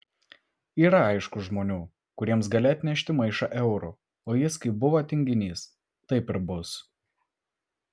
yra aišku žmonių kuriems gali atnešti maišą eurų o jis kaip buvo tinginys taip ir bus